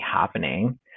happening